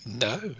No